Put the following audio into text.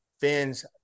fans